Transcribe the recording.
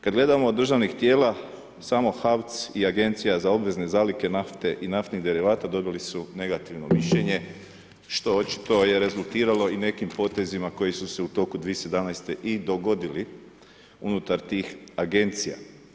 Kad gledamo od državnih tijela, samo HAVC i Agencija za obvezne zalihe nafte i naftnih derivata dobili su negativno mišljenje što očito je rezultiralo i nekim potezima koji su se u toku 2017. i dogodili unutar tih agencija.